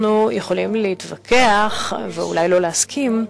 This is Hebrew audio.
אנחנו יכולים להתווכח, ואולי לא להסכים,